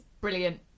Brilliant